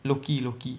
Loki Loki